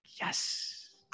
yes